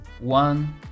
one